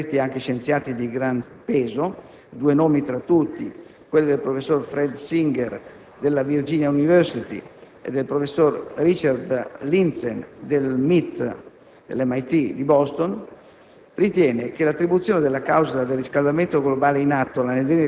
Tuttavia, una parte consistente degli scienziati, e tra questi anche scienziati di grande peso (due nomi tra tutti: quello del professore Fred Singer della Virginia University e del professore Richard Lindzen del MIT di Boston),